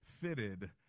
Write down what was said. fitted